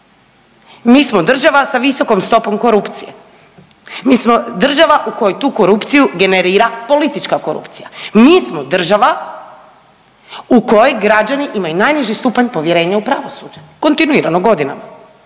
mi smo država sa visokom stopom korupcije, mi smo država u kojoj tu korupciju generira politička korupcija, mi smo država u kojoj građani imaju najniži stupanj povjerenja u pravosuđe, kontinuirano, godinama